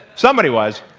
somebody was.